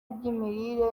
iby’imirire